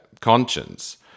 conscience